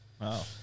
Wow